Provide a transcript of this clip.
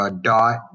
dot